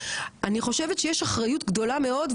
אני חושבת שיש אחריות גדולה מאד,